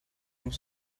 was